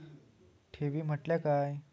ठेवी म्हटल्या काय?